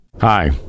Hi